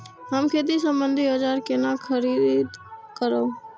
हम खेती सम्बन्धी औजार केना खरीद करब?